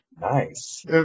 Nice